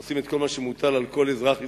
עושים כל מה שמוטל על כל אזרח ישראלי,